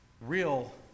real